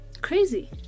crazy